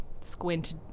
squint